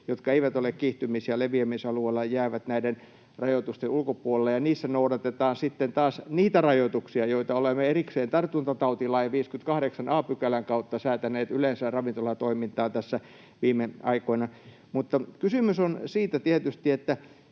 jotka eivät ole kiihtymis- ja leviämisaluetta, jäävät nyt näiden rajoitusten ulkopuolelle. Niissä noudatetaan sitten taas niitä rajoituksia, joita olemme erikseen tartuntatautilain 58 a §:n kautta säätäneet yleensä ravintolatoimintaan tässä viime aikoina. Mutta kysymys on tietysti siitä, että